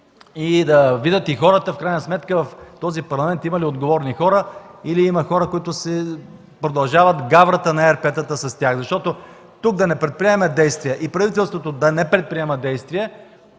да видят и хората в крайна сметка дали в този парламент има отговорни хора или хора, които продължават гаврата на ЕРП-тата с тях. Защото да не предприемаме действия тук и правителството да не предприема действия